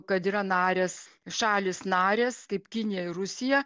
kad yra narės šalys narės kaip kinija ir rusija